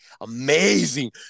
amazing